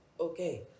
Okay